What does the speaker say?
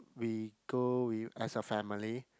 we go with as a family